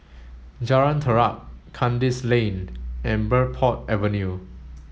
Jalan Terap Kandis Lane and Bridport Avenue